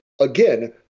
again